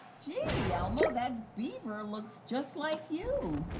gee, elmo, that beaver looks just like you.